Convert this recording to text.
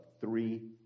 three